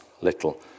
little